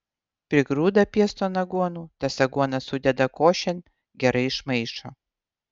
prigrūda pieston aguonų tas aguonas sudeda košėn gerai išmaišo